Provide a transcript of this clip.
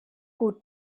gut